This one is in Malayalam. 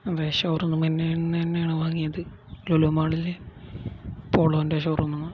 അതെ ഷോറൂമില്നിന്നു തന്നെയാണ് വാങ്ങിയത് ലുലു മാളിലെ പോളോൻ്റെ ഷോറൂമില്നിന്ന്